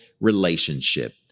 relationship